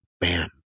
bam